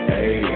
Hey